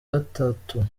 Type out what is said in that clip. gatatu